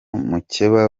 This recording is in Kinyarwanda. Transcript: mukeba